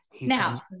now